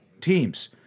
teams